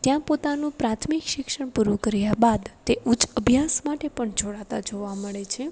ત્યાં પોતાનું પ્રાથમિક શિક્ષણ પૂરું કર્યા બાદ તે ઉચ્ચ અભ્યાસ માટે પણ જોડાતાં જોવા મળે છે